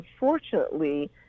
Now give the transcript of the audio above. unfortunately